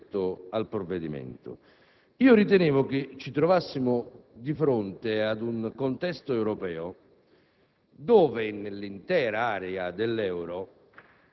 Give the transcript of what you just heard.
significativo della discussione rispetto al provvedimento in esame. Ritenevo che ci trovassimo di fronte ad un contesto europeo